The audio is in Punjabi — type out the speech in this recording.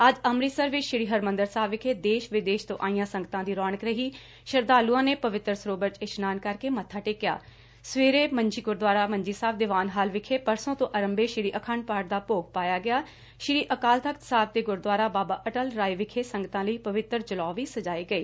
ਅੱਜ ਅਮ੍ਰਿਤਸਰ ਵਿਚ ਸ੍ਰੀ ਹਰਿਮੰਦਰ ਸਾਹਿਬ ਵਿਖੇ ਦੇਸ਼ ਵਿਦੇਸ਼ ਤੋਂ ਆਈਆਂ ਸੰਗਤਾਂ ਦੀ ਰੋਣਕ ਰਹੀ ਸ਼ਰਧਾਲੂਆਂ ਨੇ ਪਵਿੱਤਰ ਸਰੋਵਰ 'ਚ ਇਸ਼ਨਾਨ ਕਰਕੇ ਮੱਬਾ ਟੇਕਿਆ ਸਵੇਰੇ ਗੁਰੁਦੁਆਰਾ ਮੰਜੀ ਸਾਹਿਬ ਦੀਵਾਨ ਹਾਲ ਵਿਖੇ ਪਰਸੋਂ ਤੋਂ ਆਰੰਭੇ ਸ੍ਰੀ ਅਖੰਡ ਪਾਠ ਦਾ ਭੋਗ ਪਾਇਆ ਗਿਆ ਸ੍ਰੀ ਅਕਾਲ ਤਖਤ ਸਾਹਿਬ ਦੇ ਗੁਰੁਦੁਆਰਾ ਬਾਬਾ ਅਟਲ ਰਾਏ ਵਿਖੇ ਸੰਗਤਾਂ ਲਈ ਪਵਿੱਤਰ ਜਲੋਅ ਵੀ ਸਜਾਏ ਗਏ